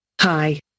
Hi